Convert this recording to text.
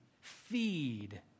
feed